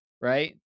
Right